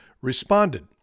responded